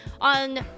on